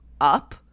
up